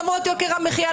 למרות יוקר המחייה,